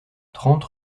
trente